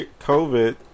COVID